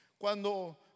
cuando